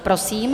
Prosím.